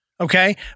Okay